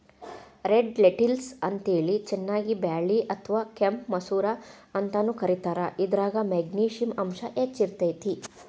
red lentils ಅಂತೇಳಿ ಚನ್ನಂಗಿ ಬ್ಯಾಳಿ ಅತ್ವಾ ಕೆಂಪ್ ಮಸೂರ ಅಂತಾನೂ ಕರೇತಾರ, ಇದ್ರಾಗ ಮೆಗ್ನಿಶಿಯಂ ಅಂಶ ಹೆಚ್ಚ್ ಇರ್ತೇತಿ